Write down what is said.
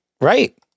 right